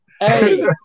hey